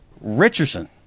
Richardson